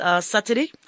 Saturday